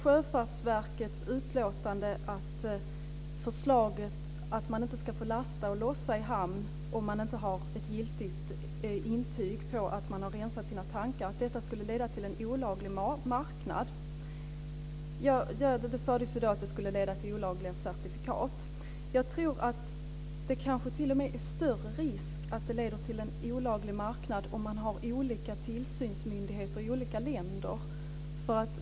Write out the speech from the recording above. Sjöfartsverket har angående förslaget om att man inte ska få lasta och lossa i hamn om man inte har ett giltigt intyg på att bränsletankarna är rensade uttalat att det skulle leda till en olaglig marknad och olagliga certifikat. Jag tror att det är större risk att det leder till en olaglig marknad om man har olika tillsynsmyndigheter i olika länder.